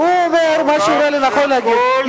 הוא אומר מה שהוא רואה לנכון להגיד,